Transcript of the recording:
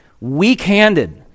Weak-handed